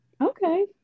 Okay